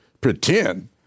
pretend